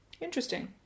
interesting